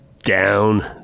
down